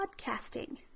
podcasting